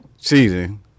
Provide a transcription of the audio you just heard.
cheating